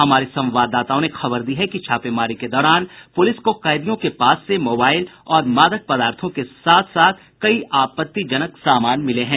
हमारे संवाददाताओं ने खबर दी है कि छापेमारी के दौरान पुलिस को कैदियों के पास से मोबाईल और मादक पदार्थों सहित कई आपत्तिजनक सामान मिले हैं